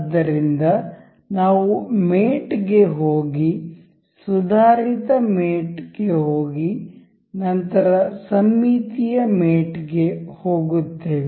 ಆದ್ದರಿಂದ ನಾವು ಮೇಟ್ ಗೆ ಹೋಗಿ ಸುಧಾರಿತ ಮೇಟ್ ಗೆ ಹೋಗಿ ನಂತರ ಸಮ್ಮಿತೀಯ ಮೇಟ್ ಗೆ ಹೋಗುತ್ತೇವೆ